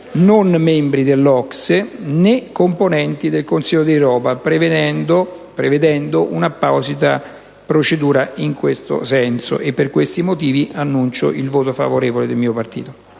non membri dell'OCSE né componenti del Consiglio d'Europa, prevedendo un'apposita procedura in questo senso. Per questi motivi, annuncio il voto favorevole del mio Gruppo.